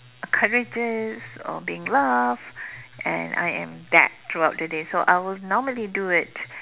courageous or being loved and I am that throughout the day I will normally do it